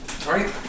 Sorry